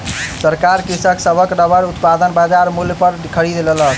सरकार कृषक सभक रबड़ उत्पादन बजार मूल्य पर खरीद लेलक